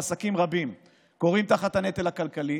שבה עסקים רבים כורעים תחת הנטל הכלכלי,